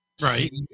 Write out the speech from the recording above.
Right